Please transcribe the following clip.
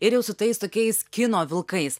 ir jau su tais tokiais kino vilkais